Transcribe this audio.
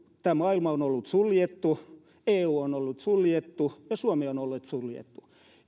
tämä maailma on ollut suljettu eu on ollut suljettu ja suomi on ollut suljettu